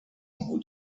who